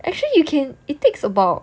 actually you can it takes about